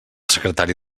secretari